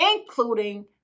including